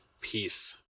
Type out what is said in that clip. Peace